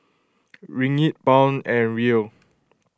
Ringgit Pound and Riel